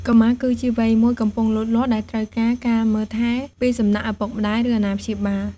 កុមារគឺជាវ័យមួយកំពុងលូតលាស់ដែលត្រូវការការមើលថែរពីសំណាក់ឪពុកម្ដាយ ឬអាណាព្យាបាល។